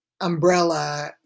umbrella